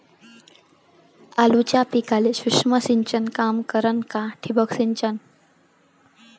आलू पिकाले सूक्ष्म सिंचन काम करन का ठिबक सिंचन?